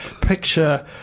picture